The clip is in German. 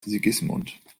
sigismund